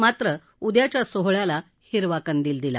मात्र उद्याच्या सोहळ्याला हिरवा कंदिल दिला